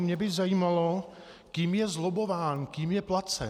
Mě by zajímalo, kým je zlobbován, kým je placen.